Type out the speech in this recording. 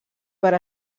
per